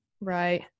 Right